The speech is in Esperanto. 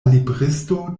libristo